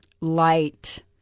Light